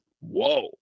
Whoa